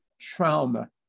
trauma